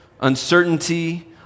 uncertainty